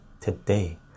today